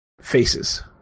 faces